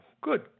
good